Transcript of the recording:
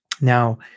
Now